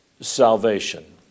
salvation